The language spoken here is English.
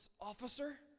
officer